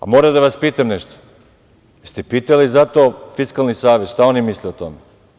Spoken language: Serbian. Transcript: Moram da vas pitam nešto - jeste li pitali zato Fiskalni savet šta oni misle o tome?